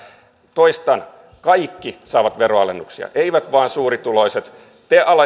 toistan kaikki saavat veroalennuksia eivät vain suurituloiset te